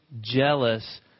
jealous